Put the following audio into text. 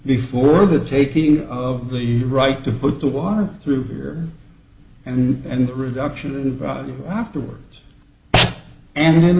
before the taking of the right to put the water through here and reduction in value afterwards and then